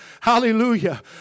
Hallelujah